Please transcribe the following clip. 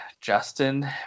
Justin